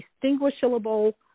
distinguishable